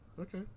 Okay